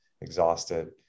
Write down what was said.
exhausted